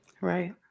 Right